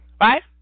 right